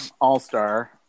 All-Star